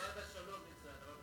אנחנו בעד השלום, ניצן.